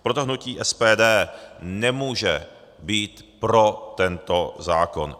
Proto hnutí SPD nemůže být pro tento zákon.